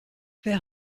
wer